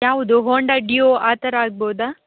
ಯಾವುದು Honda Dio ಆ ಥರ ಆಗ್ಬೌದಾ